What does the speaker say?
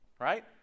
Right